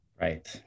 right